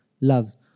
loves